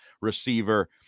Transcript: receiver